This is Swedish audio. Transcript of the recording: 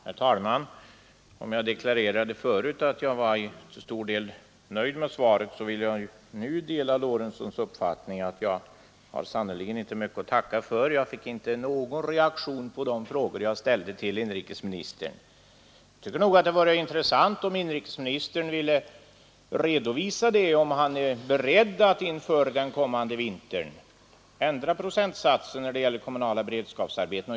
Herr talman! Medan jag förut deklarerade att jag var till stor del nöjd med svaret delar jag nu herr Lorentzons uppfattning att jag sannerligen inte har mycket att tacka för. Jag fick nämligen inte någon reaktion på de frågor jag ställde till inrikesministern. Det vore intressant om inrikesministern ville redovisa om han är beredd att inför den kommande vintern ändra procentsatsen för kommunala beredskapsarbeten.